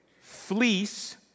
fleece